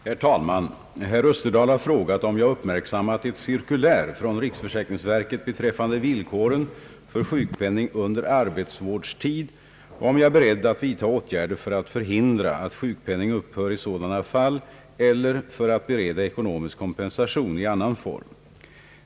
Herr talman! Herr Österdahl har frågat om jag har uppmärksammat ett cirkulär från riksförsäkringsverket beträffande villkoren för sjukpenning under arbetsvårdstid och om jag är beredd att vidta åtgärder för att förhindra att sjukpenning upphör i sådana fall eller för att bereda ekonomisk kompensation i annan form.